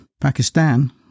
Pakistan